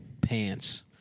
pants